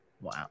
wow